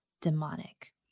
demonic